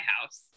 house